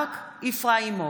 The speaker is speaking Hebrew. מרק איפראימוב,